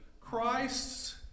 Christ's